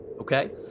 Okay